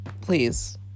please